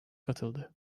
katıldı